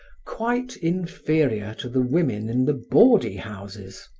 quite inferior to the women in the bawdy houses!